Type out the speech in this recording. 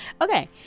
Okay